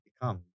become